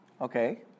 Okay